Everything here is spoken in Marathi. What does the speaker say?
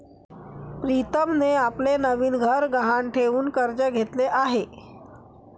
प्रीतमने आपले नवीन घर गहाण ठेवून कर्ज घेतले आहे